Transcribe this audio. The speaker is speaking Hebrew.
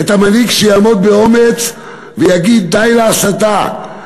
את המנהיג שיעמוד באומץ ויגיד: די להסתה,